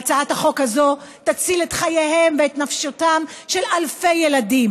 והצעת החוק הזו תציל את חייהם ואת נפשותיהם של אלפי ילדים.